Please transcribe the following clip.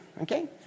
Okay